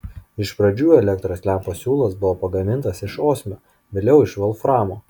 iš pradžių elektros lempos siūlas buvo pagamintas iš osmio vėliau iš volframo